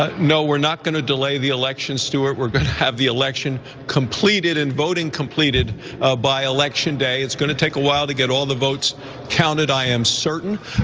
ah no, we're not gonna delay the election stuart, we're gonna have the election completed, and voting completed by election day. it's gonna take a while to get all the votes counted i am certain,